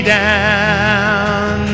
down